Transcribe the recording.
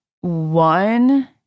One